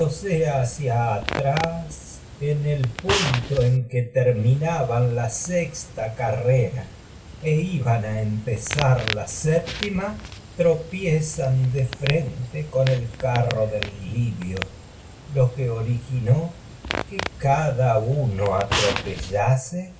volviéndose hacia atrás la sexta carrera punto en que terminaban e iban a empezar la séptima tropiezan que de frente con el carro del libio lo al originó ese que cada acci uno atropellase